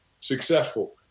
successful